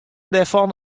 dêrfan